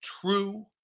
True